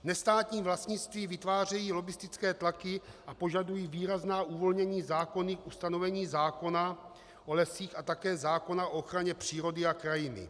Nestátní vlastníci vytvářejí lobbistické tlaky a požadují výrazná uvolnění zákonných ustanovení zákona o lesích a také zákona o ochraně přírody a krajiny.